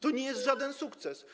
To nie jest żaden sukces.